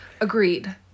Agreed